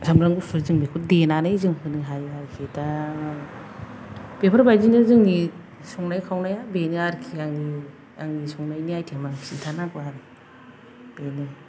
सामब्राम गुफुर जों बेखौ देनानै जों होनो हायो आरोखि दा बेफोरबादिनो जोंनि संनाय खावनाया बेनो आरोखि आंनि आंनि संनायनि आइतेमा खिनथा नांगौआ आरो बेनो